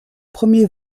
premier